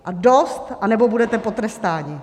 A dost, anebo budete potrestáni.